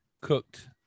cooked